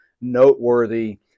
noteworthy